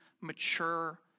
mature